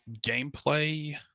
gameplay